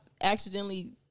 accidentally